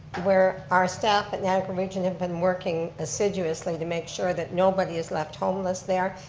where our staff at niagara region have been working assiduously to make sure that nobody is left homeless there.